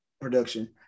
production